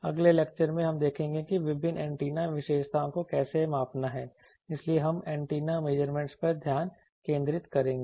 अगले लेक्चर में हम देखेंगे कि विभिन्न एंटेना विशेषताओं को कैसे मापना है इसलिए हम एंटीना मेजरमेंटस पर ध्यान केंद्रित करेंगे